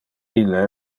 ille